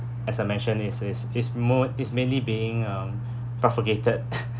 as I mentioned you says he's more he's mainly being uh propagated